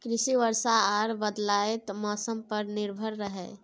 कृषि वर्षा आर बदलयत मौसम पर निर्भर हय